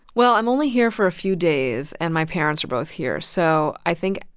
well, i'm only here for a few days. and my parents are both here. so i think,